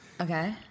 Okay